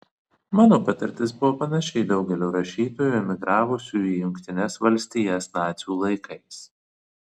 mano patirtis buvo panaši į daugelio rašytojų emigravusių į jungtines valstijas nacių laikais